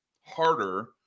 harder